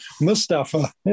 Mustafa